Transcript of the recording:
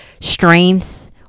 strength